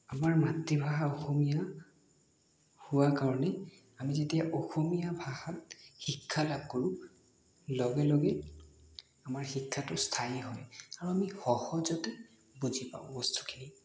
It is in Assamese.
আমাৰ মাতৃভাষা অসমীয়া হোৱা কাৰণে আমি যেতিয়া অসমীয়া ভাষাত শিক্ষা লাভ কৰোঁ লগে লগে আমাৰ শিক্ষাটো স্থায়ী হয় আৰু আমি সহজতে বুজি পাওঁ বস্তুখিনি